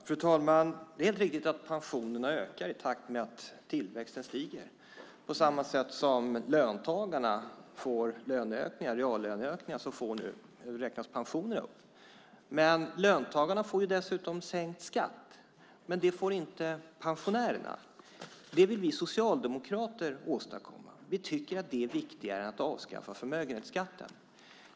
Fru talman! Det är helt riktigt att pensionerna ökar i takt med att tillväxten stiger. På samma sätt som löntagarna får reallöneökningar räknas nu pensionerna upp. Löntagarna får dessutom sänkt skatt, men det får inte pensionärerna. Det vill vi socialdemokrater åstadkomma. Vi tycker att det är viktigare än att avskaffa förmögenhetsskatten.